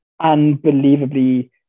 unbelievably